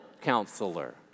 Counselor